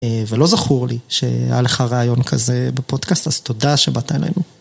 ולא זכור לי שהיה לך רעיון כזה בפודקאסט, אז תודה שבאת אלינו.